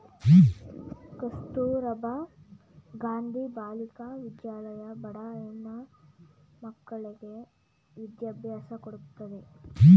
ಕಸ್ತೂರಬಾ ಗಾಂಧಿ ಬಾಲಿಕಾ ವಿದ್ಯಾಲಯ ಬಡ ಹೆಣ್ಣ ಮಕ್ಕಳ್ಳಗೆ ವಿದ್ಯಾಭ್ಯಾಸ ಕೊಡತ್ತದೆ